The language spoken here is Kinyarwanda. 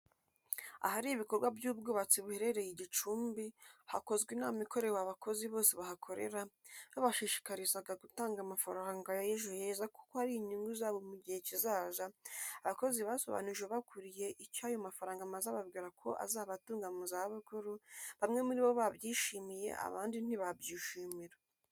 Ahari ibikorwa by'ubwubatsi buherereye i Gicumbi, hakozwe inama ikorewe abakozi bose bahakorera, babashishikarizaga gutanga amafaranga ya Ejo heza kuko ari inyungu zabo mu gihe kizaza, abakozi basobanuje ubakuriye icyo ayo mafaranga amaze ababwira ko azabatunga mu zabukuru, bamwe muri bo babyishimiye, abandi ntibabyishimira.